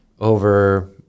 over